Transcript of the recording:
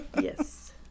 Yes